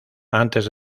antes